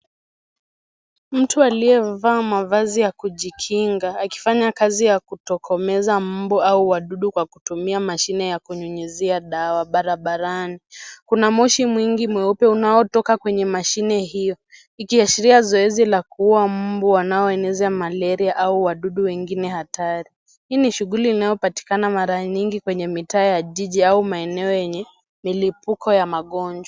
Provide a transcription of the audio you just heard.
Mtu aliyevaa mavazi ya kujikinga akifanya kazi ya kutokomeza mbu au wadudu kwa kutumia mashine ya kunyunyizia dawa barabarani, kuna moshi mwingi mweupe unaotoka kwenye mashine hiyo ikiashiria zoezi la kuua mbu wanaoeneza malaria au wadudu wengine hatari. Hii ni shughuli inayopatikana mara nyingi kwenye mitaa ya jiji au maeneo yenye milipuko ya magonjwa.